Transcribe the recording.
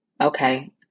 okay